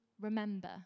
remember